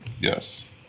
Yes